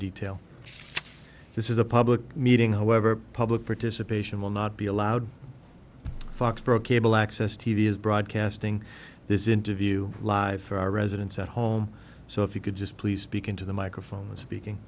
detail this is a public meeting however public participation will not be allowed foxborough cable access t v is broadcasting this interview live for our residents at home so if you could just please speak into the microphone speaking